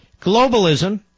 Globalism